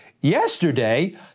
yesterday